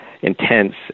intense